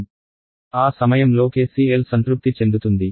ఆ సమయంలో కెసిఎల్ సంతృప్తి చెందుతుంది